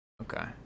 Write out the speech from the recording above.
Okay